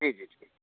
जी जी जी